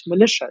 militias